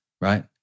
right